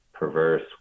Perverse